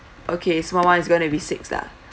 okay small [one] is going to be six lah